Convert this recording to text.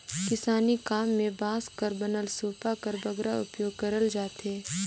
किसानी काम मे बांस कर बनल सूपा कर बगरा उपियोग करल जाथे